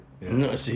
No